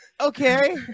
Okay